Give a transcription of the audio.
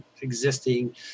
existing